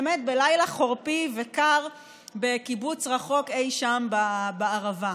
באמת בלילה חורפי וקר בקיבוץ רחוק אי שם בערבה.